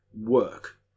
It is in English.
work